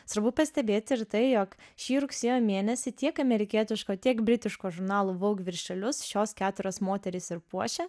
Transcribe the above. svarbu pastebėti ir tai jog šį rugsėjo mėnesį tiek amerikietiško tiek britiško žurnalų vouge viršelius šios keturios moterys ir puošia